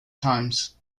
times